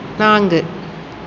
நான்கு